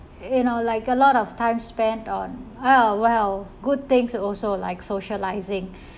you know like a lot of time spent on ah well good things also like socialising